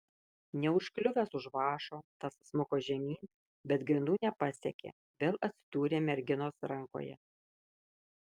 neužkliuvęs už vąšo tas smuko žemyn bet grindų nepasiekė vėl atsidūrė merginos rankoje